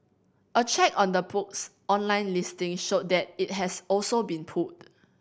a check on the book's online listing showed that it has also been pulled